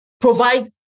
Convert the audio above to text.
provide